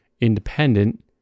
independent